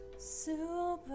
Super